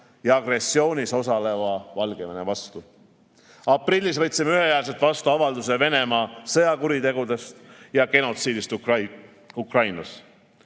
ja agressioonis osaleva Valgevene vastu. Aprillis võtsime ühehäälselt vastu avalduse Venemaa sõjakuritegudest ja genotsiidist Ukrainas.